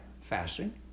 fasting